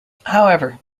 however